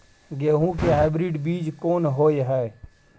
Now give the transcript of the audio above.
गेहूं के हाइब्रिड बीज कोन होय है?